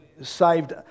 saved